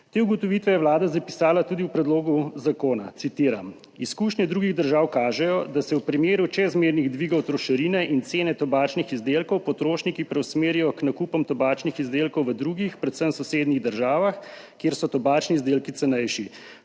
Te ugotovitve je Vlada zapisala tudi v predlogu zakona, citiram: »Izkušnje drugih držav kažejo, da se v primeru čezmernih dvigov trošarine in cene tobačnih izdelkov potrošniki preusmerijo k nakupom tobačnih izdelkov v drugih, predvsem v sosednjih državah, kjer so tobačni izdelki cenejši,